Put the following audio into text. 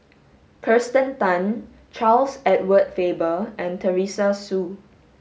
Kirsten Tan Charles Edward Faber and Teresa Hsu